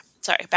sorry